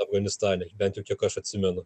afganistane bent jau kiek aš atsimenu